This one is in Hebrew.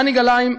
עלי גנאים,